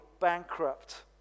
bankrupt